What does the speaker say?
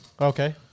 Okay